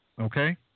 Okay